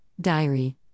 Diary